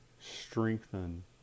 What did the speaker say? strengthen